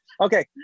Okay